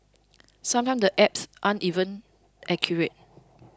sometimes the apps aren't even accurate